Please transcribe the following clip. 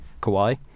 Kawhi